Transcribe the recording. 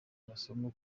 masomo